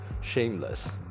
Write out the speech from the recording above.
shameless